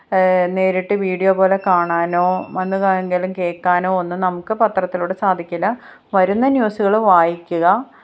നേരിട്ട് വീഡിയോ പോലെ കാണാനോ വന്ന് കാ എന്തെങ്കിലും കേൾക്കാനോ ഒന്നും നമുക്ക് പത്രത്തിലൂടെ സാധിക്കില്ല വരുന്ന ന്യൂസുകൾ വായിക്കുക